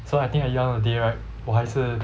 so I think at the end of the day right 我还是